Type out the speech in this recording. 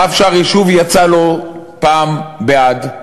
הרב שאר-ישוב יצא לא פעם בעד.